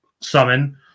summon